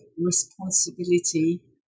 responsibility